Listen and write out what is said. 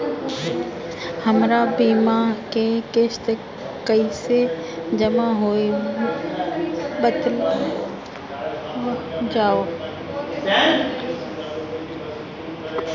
हमर बीमा के किस्त कइसे जमा होई बतावल जाओ?